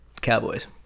Cowboys